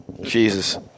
Jesus